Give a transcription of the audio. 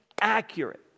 accurate